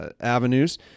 avenues